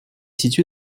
situé